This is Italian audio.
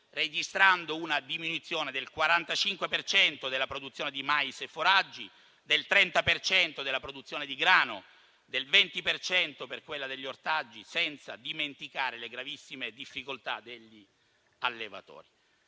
registrando una diminuzione del 45 per cento della produzione di mais e foraggi, del 30 per cento della produzione di grano, del 20 per cento per quella degli ortaggi, senza dimenticare le gravissime difficoltà degli allevatori.